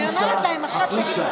עזוב, אני מציע לך,